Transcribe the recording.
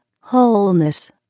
wholeness